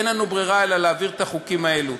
אין לנו ברירה אלא להעביר את החוקים האלו.